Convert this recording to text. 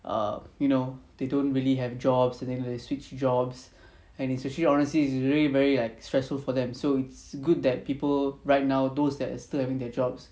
err you know they don't really have jobs and they have to like switch jobs and it's actually honestly is very like stressful for them so it's good that people right now those that still having their jobs